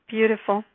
Beautiful